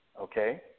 okay